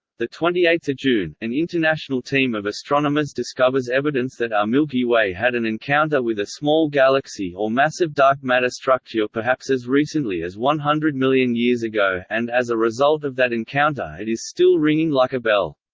twenty eight june an international team of astronomers discovers evidence that our milky way had an encounter with a small galaxy or massive dark matter structure perhaps as recently as one hundred million years ago, and as a result of that encounter it is still ringing like a bell.